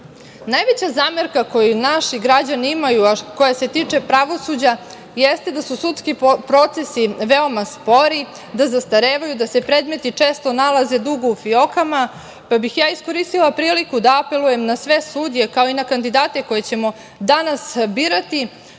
naroda. Najveća zamerka koju imaju naši građani, a koja se tiče pravosuđa jeste da su sudski procesi veoma spori, da zastarevaju, da se predmeti često nalaze dugo u fiokama, pa bih ja iskoristila priliku da apelujem na sve sudije, kao i na kandidate koje ćemo danas birati,